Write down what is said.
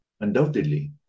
Undoubtedly